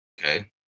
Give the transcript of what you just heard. Okay